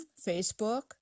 Facebook